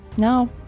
No